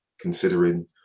considering